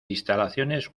instalaciones